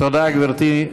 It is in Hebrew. תודה, גברתי.